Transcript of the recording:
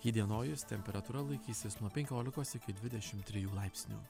įdienojus temperatūra laikysis nuo penkiolikos iki dvidešim trijų laipsnių